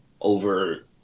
over